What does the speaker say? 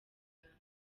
uganda